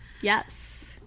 Yes